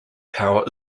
tower